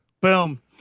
Boom